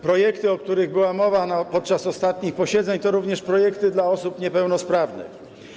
Projekty, o których była mowa podczas ostatnich posiedzeń, to również projekty dla osób niepełnosprawnych.